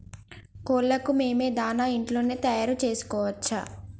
కోళ్లకు మేము దాణా ఇంట్లోనే తయారు చేసుకోవచ్చా?